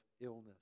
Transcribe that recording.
illness